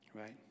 Right